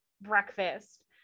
breakfast